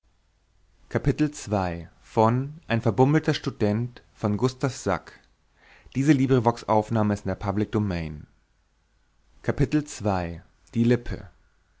ein verbummelter student